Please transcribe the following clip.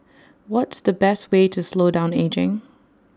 what's the best way to slow down ageing